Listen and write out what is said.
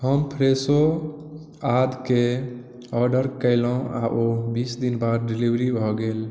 हम फ़्रेशो आद केँ ऑर्डर कयलहुँ आ ओ बीस दिन बाद डिलीवरी भऽ गेल